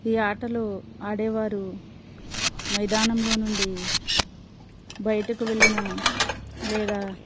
ఈ ఆటలు ఆడేవారు మైదానంలో నుండి బయటకు వెళ్ళినా లేదా